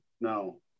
no